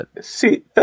See